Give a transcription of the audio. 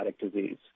disease